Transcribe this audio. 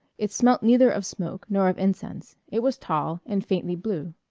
it smelt neither of smoke nor of incense it was tall and faintly blue.